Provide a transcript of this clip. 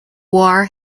war